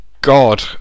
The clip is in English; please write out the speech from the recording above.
God